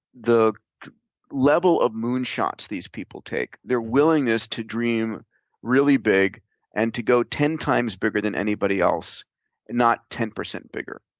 level of moonshots these people take, their willingness to dream really big and to go ten times bigger than anybody else and not ten percent bigger.